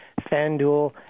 FanDuel